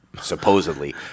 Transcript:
supposedly